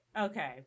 Okay